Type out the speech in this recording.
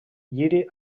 lliri